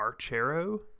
Archero